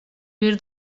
bir